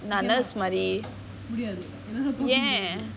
நான்:naan nurse மாரி ஏன்:maari yaen